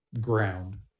ground